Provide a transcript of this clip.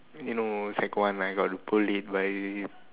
you know sec one I got bullied by